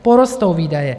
Porostou výdaje.